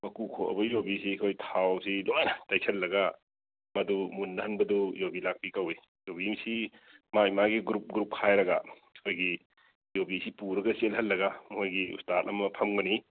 ꯃꯀꯨ ꯈꯣꯛꯂꯕ ꯌꯨꯕꯤꯁꯤ ꯑꯩꯈꯣꯏ ꯊꯥꯎꯁꯤ ꯂꯣꯏꯅ ꯇꯩꯁꯤꯜꯂꯒ ꯃꯗꯨ ꯃꯨꯟꯅꯍꯟꯕꯗꯨ ꯌꯨꯕꯤ ꯂꯥꯛꯄꯤ ꯀꯧꯏ ꯌꯨꯕꯤꯁꯤ ꯃꯥꯒꯤ ꯃꯥꯒꯤ ꯒ꯭ꯔꯨꯞ ꯒ꯭ꯔꯨꯞ ꯈꯥꯏꯔꯒ ꯑꯩꯈꯣꯏꯒꯤ ꯌꯨꯕꯤꯁꯤ ꯄꯨꯔꯒ ꯆꯦꯜꯍꯜꯂꯒ ꯃꯈꯣꯏꯒꯤ ꯎꯁꯇꯥꯗ ꯑꯃ ꯐꯝꯒꯅꯤ